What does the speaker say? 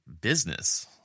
business